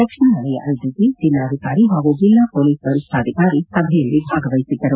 ದಕ್ಷಿಣ ವಲಯ ಐಜಿಪಿ ಜಿಲ್ಲಾಧಿಕಾರಿ ಹಾಗೂ ಜಿಲ್ಲಾ ಹೊಲೀಸ್ ವರಿಷ್ನಾಧಿಕಾರಿ ಸಭೆಯಲ್ಲಿ ಭಾಗವಹಿಸಿದ್ದರು